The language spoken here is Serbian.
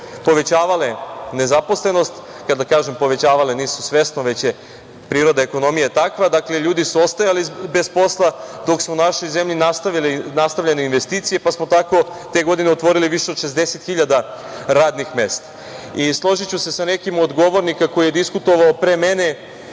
povećavale nezaposlenost, kada kažem povećavale, nisu svesno, već je priroda ekonomije takva, dakle ljudi su ostajali bez posla dok se u našoj zemlji nastavljene investicije, pa smo tako te godine otvorili više od 60 hiljada radnih mesta. Složiću se sa nekim od govornika koji je diskutovao pre mene,